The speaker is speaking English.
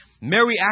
Mary